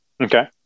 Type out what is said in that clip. Okay